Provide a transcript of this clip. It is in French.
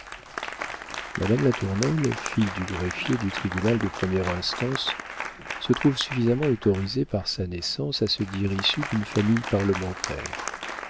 mignon madame latournelle fille du greffier du tribunal de première instance se trouve suffisamment autorisée par sa naissance à se dire issue d'une famille parlementaire